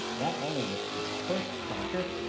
not only with the first planter,